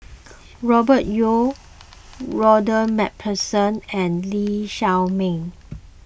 Robert Yeo Ronald MacPherson and Lee Shao Meng